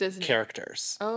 characters